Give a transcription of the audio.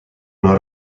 non